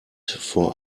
vor